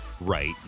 right